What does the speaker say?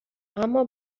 اما